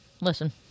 Listen